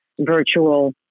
virtual